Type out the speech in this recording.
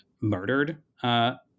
murdered